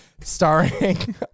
starring